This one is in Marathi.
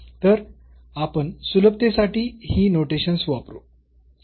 तर आपण सुलभतेसाठी ही नोटेशन्स वापरू